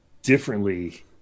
differently